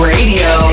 Radio